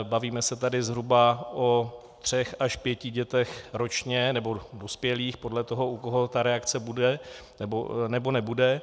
Bavíme se tady zhruba o třech až pěti dětech ročně, nebo dospělých, podle toho, u koho ta reakce bude nebo nebude.